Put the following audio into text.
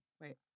wait